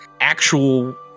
actual